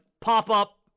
pop-up